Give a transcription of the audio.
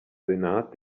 senat